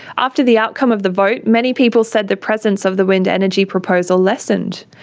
after the outcome of the vote many people said the presence of the wind energy proposal lessened.